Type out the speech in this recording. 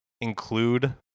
include